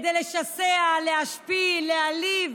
כדי לשסע, להשפיל, להעליב.